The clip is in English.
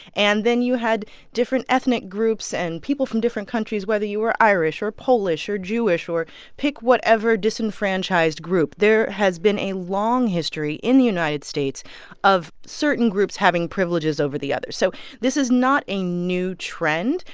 and then you had different ethnic groups and people from different countries, whether you were irish or polish or jewish or pick whatever disenfranchised group there has been a long history in the united states of certain groups having privileges over the other. so this is not a new trend.